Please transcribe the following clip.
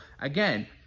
again